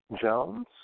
Jones